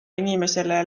inimesele